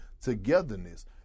togetherness